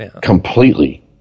completely